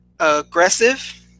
Aggressive